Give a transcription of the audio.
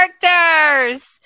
characters